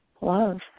love